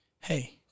hey